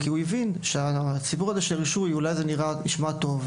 כי הוא הבין שלמרות שהסיפור של רישוי נשמע טוב,